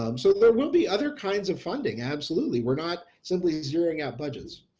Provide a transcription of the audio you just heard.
um so there will be other kinds of funding absolutely we're not simply zeroing out budgets.